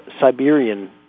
Siberian